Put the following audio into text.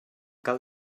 cal